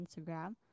instagram